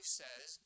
says